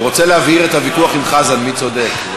הוא רוצה להבהיר את הוויכוח עם חזן, מי צודק.